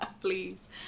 Please